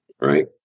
right